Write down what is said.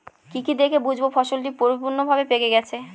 কি কি দেখে বুঝব ফসলটি পরিপূর্ণভাবে পেকে গেছে?